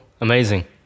amazing